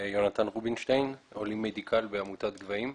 יונתן רובינשטיין, עולים מדיקל בעמותת גבהים.